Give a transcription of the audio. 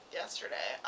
yesterday